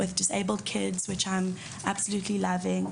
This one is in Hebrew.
לעזור לילדים שאני מאוד אוהבת,